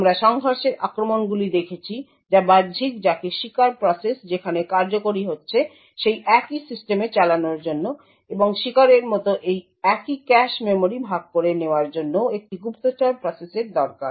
আমরা সংঘর্ষের আক্রমণগুলি দেখেছি যা বাহ্যিক যাকে শিকার প্রসেস যেখানে কার্যকরি হচ্ছে সেই একই সিস্টেমে চালানোর জন্য এবং শিকারের মতো একই ক্যাশে মেমরি ভাগ করে নেওয়ার জন্যও একটি গুপ্তচর প্রসেসের দরকার